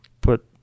put